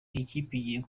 igiye